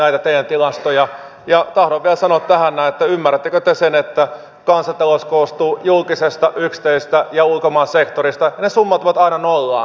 tahdon vielä sanoa tähän näin että ymmärrättekö te sen että kansantalous koostuu julkisesta yksityisestä ja ulkomaan sektorista ja ne summautuvat aina nollaan